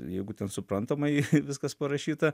jeigu ten suprantamai viskas parašyta